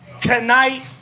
tonight